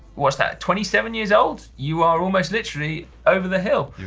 what's that? twenty seven years old, you are almost literally over the hill. you